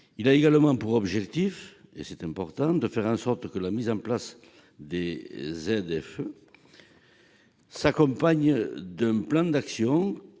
a également pour objet- c'est important -de faire en sorte que la mise en place des ZFE soit complétée par un plan d'action